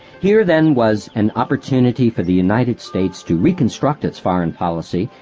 here then was an opportunity for the united states to reconstruct its foreign policy,